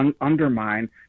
undermine